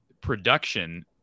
production